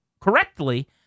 correctly